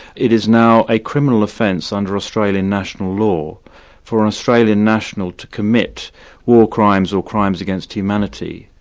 it is now a criminal offence under australian national law for an australian national to commit war crimes or crimes against humanity,